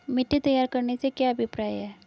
मिट्टी तैयार करने से क्या अभिप्राय है?